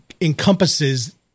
encompasses